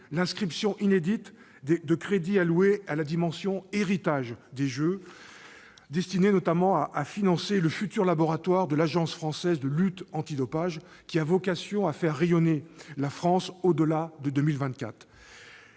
l'inscription inédite de crédits alloués à la dimension « héritage » des Jeux, destinés notamment à financer le futur laboratoire de l'Agence française de lutte contre le dopage, qui a vocation à faire rayonner la France au-delà de 2024.